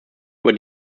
über